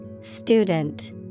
Student